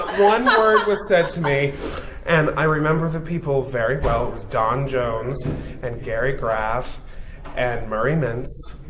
one ah word was said to me and i remember the people very well. it was dawn jones and gary graff and murray mintz,